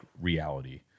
reality